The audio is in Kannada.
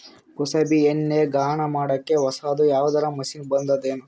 ಕುಸುಬಿ ಎಣ್ಣೆ ಗಾಣಾ ಮಾಡಕ್ಕೆ ಹೊಸಾದ ಯಾವುದರ ಮಷಿನ್ ಬಂದದೆನು?